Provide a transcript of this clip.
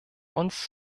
uns